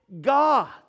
God